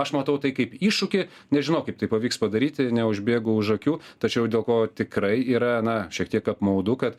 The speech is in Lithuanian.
aš matau tai kaip iššūkį nežinau kaip tai pavyks padaryti neužbėgu už akių tačiau dėl ko tikrai yra na šiek tiek apmaudu kad